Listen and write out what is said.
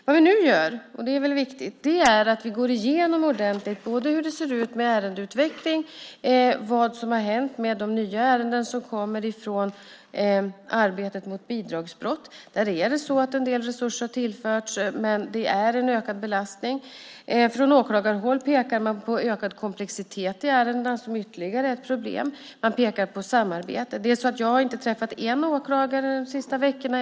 Vad vi nu gör - och det är viktigt - är att vi går igenom ordentligt hur det ser ut med ärendeutvecklingen och vad som har hänt med de nya ärenden som kommer från arbetet mot bidragsbrott. Där har en del resurser tillförts, men det är en ökad belastning. Från åklagarhåll pekar man på ökad komplexitet i ärendena som ytterligare ett problem. Man pekar på samarbete. Jag har inte träffat en åklagare de senaste veckorna.